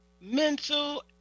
mental